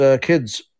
kids